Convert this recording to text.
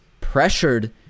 pressured